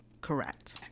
Correct